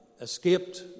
escaped